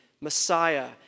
Messiah